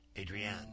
Adrienne